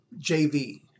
JV